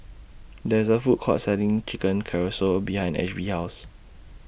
There IS A Food Court Selling Chicken Casserole behind Ashby's House